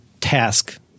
task